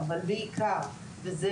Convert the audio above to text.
אבל גם על הכשרה,